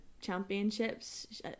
championships